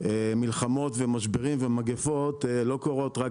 מלחמות ומשברים ומגפות לא קורות רק